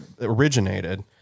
originated